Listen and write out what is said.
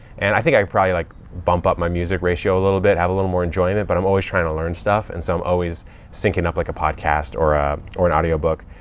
and i think i could probably like bump up my music ratio a little bit, have a little more enjoyment, but i'm always trying to learn stuff. and so i'm always syncing up like a podcast or a, or an audio book.